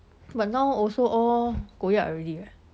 but now also all koyak already eh